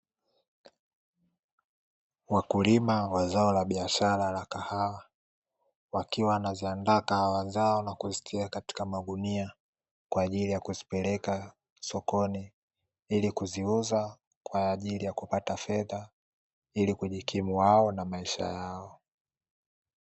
Wakulima wa zao la biashara aina ya kahawa, wakiwa wanaziandaa kahawa na kuzitia kwenye magunia kwa ajili ya kupelekwa sokoni, kwa ajili ya kupata fedha waweze kujikimu wao na maisha yao.